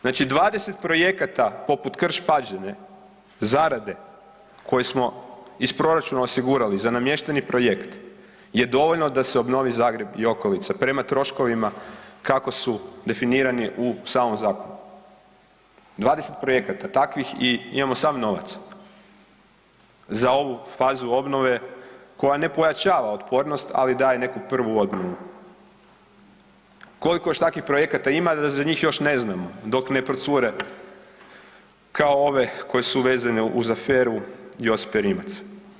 Znači 20 projekata poput Krš-Pađene zarade koje smo iz proračuna osigurali za namješteni projekt je dovoljno da se obnovi Zagreb i okolica prema troškovima kako su definirani u samom zakonu, 20 projekata takvih i imamo sav novac za ovu fazu obnove koja ne pojačava otpornost, ali daje neku prvu … [[Govornik se ne razumije]] Koliko još takvih projekta ima da za njih još ne znamo dok ne procure kao ove koje su vezane uz aferu Josipe Rimac.